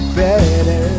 better